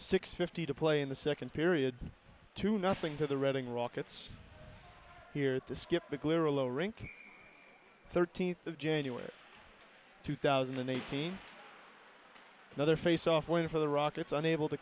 six fifty to play in the second period to nothing to the reading rockets here the skip the clear a low rink thirteenth of january two thousand and eighteen another faceoff winner for the rockets unable to